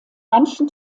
manchen